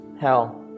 hell